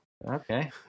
Okay